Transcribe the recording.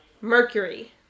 mercury